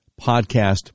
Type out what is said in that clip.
podcast